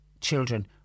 children